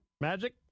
Magic